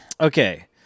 Okay